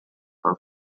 her